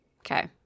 Okay